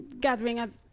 gathering